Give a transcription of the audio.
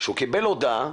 כשהוא קיבל הודעה,